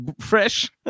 fresh